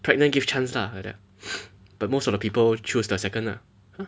pregnant give chance lah like that but most of the people choose the second lah